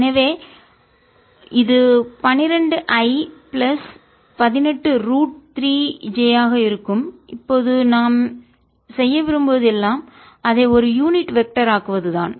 எனவே இது 12 i plus 18 root 3 j ஆக இருக்கும் இப்போது நாம் செய்ய விரும்புவது எல்லாம் அதை ஒரு யூனிட் வெக்டர் ஆக்குவதுதான்